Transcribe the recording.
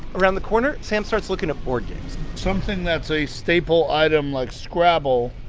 around the corner, sam starts looking at board games something that's a staple item like scrabble,